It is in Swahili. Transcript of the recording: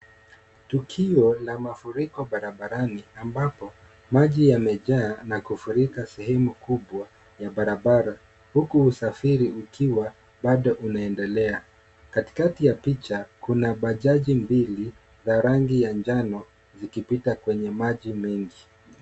Tukio la mafuriko barabarani amabapo maji yamejaa na kufurika sehemu kubwa ya barabara huku usafiri ukiwa bado unaendelea. Katikati ya picha kuna bajaji mbili za rangi ya njano zikipita kwenye maji mengi.